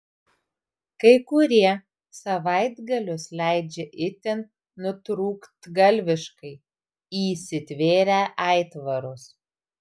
kai kurie savaitgalius leidžia itin nutrūktgalviškai įsitvėrę aitvarus